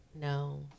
No